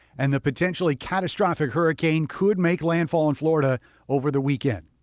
and the potentially catastrophic hurricane could make landfall in florida over the weekend,